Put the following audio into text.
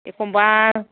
एखमबा